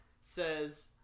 says